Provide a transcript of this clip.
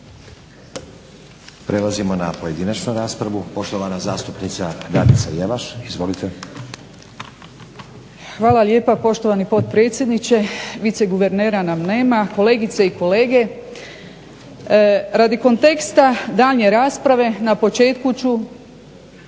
Prelazimo na pojedinačnu raspravu. Poštovana zastupnica Nadica Jelaš. Izvolite. **Jelaš, Nadica (SDP)** Hvala lijepa poštovani potpredsjedniče. Viceguvernera nam nema, kolegice i kolege. Radi konteksta daljnje rasprave na početku ću